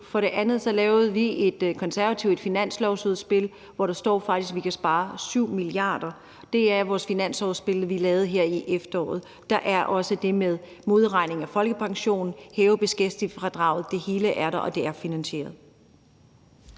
For det andet så lavede vi i Konservative et finanslovsudspil, hvor der står, at vi faktisk kan spare 7 mia. kr. Det står i vores finanslovsudspil, som vi lavede her i efteråret. Der er også det med modregning af folkepensionen og det med at hæve beskæftigelsesfradraget. Det hele er der, og det er finansieret.